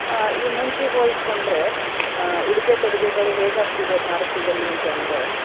ಈ ಮುಂಚೆಗೆ ಹೋಲಿಸ್ಕೊಂಡ್ರೆ ಉಡುಗೆ ತೊಡುಗೆಗಳು ಹೇಗಾಗ್ತಿದೆ ಭಾರತದಲ್ಲಿ ಅಂತ ಅಂದರೆ